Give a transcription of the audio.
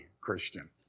Christian